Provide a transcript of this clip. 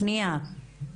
שנייה.